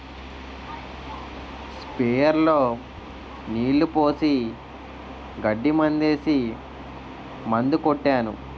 sprayer లో నీళ్లు పోసి గడ్డి మందేసి మందు కొట్టాను